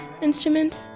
instruments